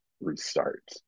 restart